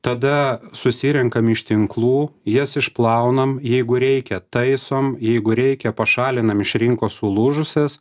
tada susirenkam iš tinklų jas išplaunam jeigu reikia taisom jeigu reikia pašalinam iš rinkos sulūžusias